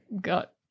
got